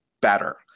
better